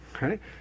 right